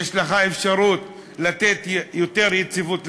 ויש לך אפשרות לתת יותר יציבות למערכת.